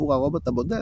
עבור הרובוט הבודד,